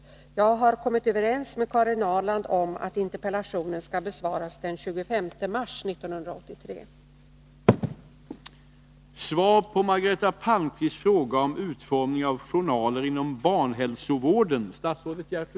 Jag har kommit överens med Karin Ahrland om att interpellationen skall besvaras den 25 mars 1983.